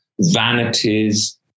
vanities